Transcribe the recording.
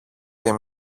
για